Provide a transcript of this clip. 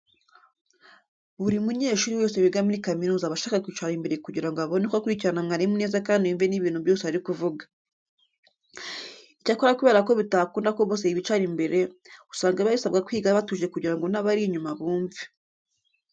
Buri munyeshuri wese wiga muri kaminuza aba ashaka kwicara imbere kugira ngo abone uko akurikirana mwarimu neza kandi yumve n'ibintu byose ari kuvuga. Icyakora kubera ko bitakunda ko bose bicara imbere, usanga biba bisaba kwiga batuje kugira ngo n'abari inyuma bumve.